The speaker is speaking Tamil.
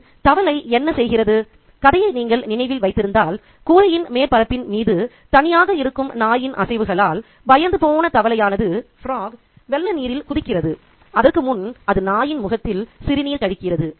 மற்றும் தவளை என்ன செய்கிறது கதையை நீங்கள் நினைவில் வைத்திருந்தால் கூரையின் மேற்பரப்பின் மீது தனியாக இருக்கும் நாயின் அசைவுகளால் பயந்துபோன தவளையானது வெள்ள நீரில் குதிக்கிறது அதற்கு முன் அது நாயின் முகத்தில் சிறுநீர் கழிக்கிறது